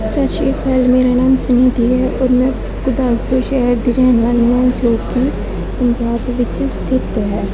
ਸਤਿ ਸ਼੍ਰੀ ਅਕਾਲ ਮੇਰਾ ਨਾਮ ਸੁਨਿਧੀ ਹੈ ਔਰ ਮੈਂ ਗੁਰਦਾਸਪੁਰ ਸ਼ਹਿਰ ਦੀ ਰਹਿਣ ਵਾਲੀ ਹਾਂ ਜੋ ਕਿ ਪੰਜਾਬ ਵਿੱਚ ਸਥਿਤ ਹੈ